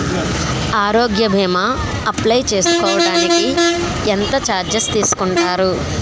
ఆరోగ్య భీమా అప్లయ్ చేసుకోడానికి ఎంత చార్జెస్ తీసుకుంటారు?